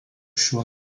šiuo